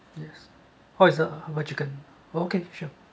yes oh it's a herbal chicken oh okay sure